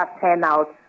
turnout